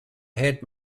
head